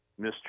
Mr